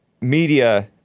Media